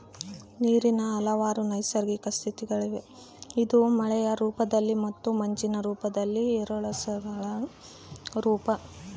ನೀರಿನ ಹಲವಾರು ನೈಸರ್ಗಿಕ ಸ್ಥಿತಿಗಳಿವೆ ಇದು ಮಳೆಯ ರೂಪದಲ್ಲಿ ಮತ್ತು ಮಂಜಿನ ರೂಪದಲ್ಲಿ ಏರೋಸಾಲ್ಗಳ ರೂಪ